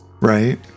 Right